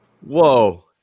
whoa